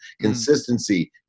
Consistency